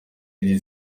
iri